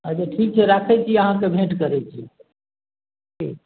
अच्छा ठीक छै राखै छी अहाँके भेँट करै छी ठीक